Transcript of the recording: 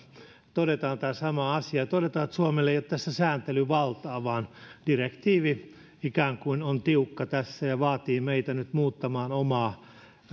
todetaan tämä sama asia todetaan että suomella ei ole tässä sääntelyvaltaa vaan direktiivi ikään kuin on tiukka tässä ja vaatii meitä nyt muuttamaan omaa